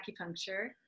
acupuncture